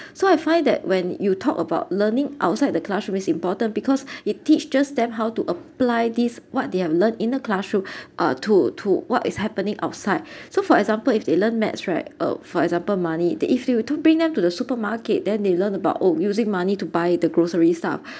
so I find that when you talk about learning outside the classroom is important because it teach just them how to apply this what they have learnt in the classroom uh to to what is happening outside so for example if they learn maths right uh for example money then if you were to bring them to the supermarket then they'll learn about oh using money to buy the grocery stuff